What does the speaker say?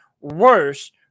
worse